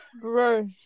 bro